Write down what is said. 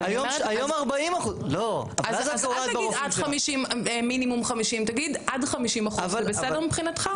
היום 40%. אז אל תגיד מינימום 50%. תגיד עד 50%. זה בסדר מבחינתך?